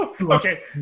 okay